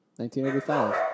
1985